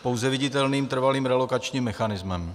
Je pouze viditelným trvalým relokačním mechanismem.